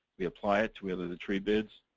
we apply it to either the tree beds,